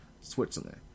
Switzerland